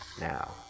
now